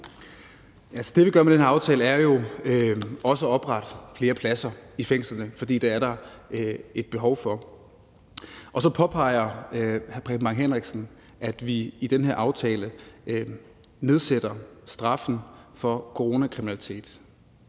Det, vi gør med den her aftale, er jo også at oprette flere pladser i fængslerne, for det er der et behov for. Og så påpeger hr. Preben Bang Henriksen, at vi i den her aftale nedsætter straffen for coronakriminalitet